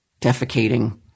defecating